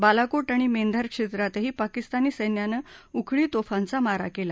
बालाकोट आणि मेंधार क्षघ्रीतही पाकिस्तानी सैन्यान उखळी तोफांचा मारा कला